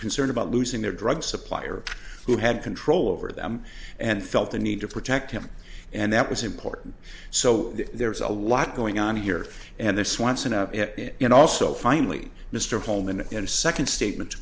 concern about losing their drug supplier who had control over them and felt the need to protect him and that was important so there's a lot going on here and there swanson you know also finally mr home and in a second statement